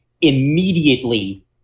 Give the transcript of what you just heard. immediately